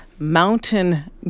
Mountain